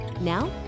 Now